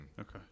Okay